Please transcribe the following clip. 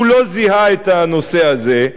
הוא לא זיהה את הנושא הזה,